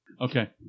Okay